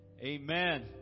Amen